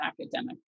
academic